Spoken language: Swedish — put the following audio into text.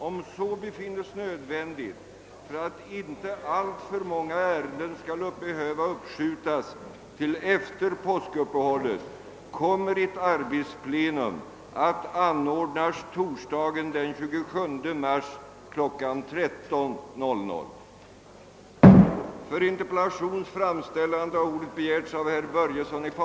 Om så befinns nödvändigt för att inte alltför många ärenden skall behöva uppskjutas till efter påskuppehållet kommer ett arbetsplenum att anordnas torsdagen den 27 mars kl. 13.00.